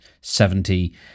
seventy